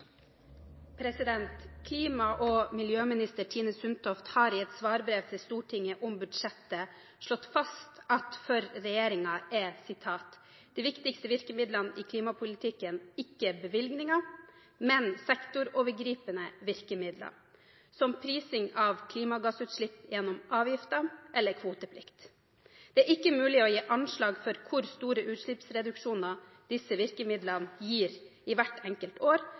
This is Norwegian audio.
miljøminister Tine Sundtoft har i et svarbrev til Stortinget om budsjettet slått fast at for regjeringen er de viktigste virkemidlene i klimapolitikken «ikke bevilgninger, men sektorovergripende virkemidler, som prising av klimagassutslipp gjennom avgifter eller kvoteplikt». Og videre: «Det er ikke mulig å gi anslag for hvor store utslippsreduksjoner disse virkemidlene gir i hvert enkelt år,